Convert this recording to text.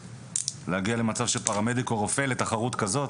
להגיע למצב של פרמדיק או רופא לתחרות כזאת?